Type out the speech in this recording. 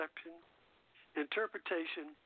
interpretation